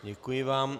Děkuji vám.